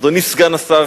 אדוני סגן השר,